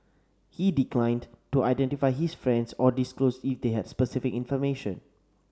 he declined to identify his friends or disclose if they had specific information